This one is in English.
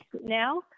now